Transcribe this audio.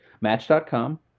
Match.com